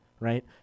right